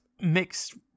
mixed